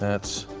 that's